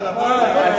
"עדאלה" היא לא ציונית.